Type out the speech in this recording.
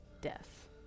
death